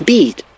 Beat